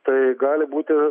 tai gali būti